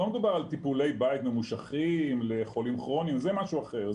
לא מדובר על טיפולי בית ממושכים לחולים כרוניים - זה משהו אחר,